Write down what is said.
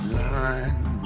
line